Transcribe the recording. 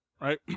Right